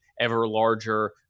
ever-larger